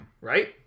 right